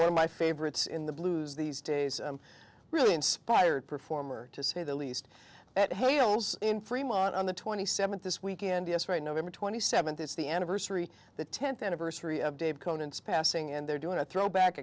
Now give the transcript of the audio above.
new my favorites in the blues these days i'm really inspired performer to say the least in fremont on the twenty seventh this weekend yes right november twenty seventh it's the anniversary the tenth anniversary of dave conan's passing and they're doing a throwback